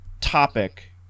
topic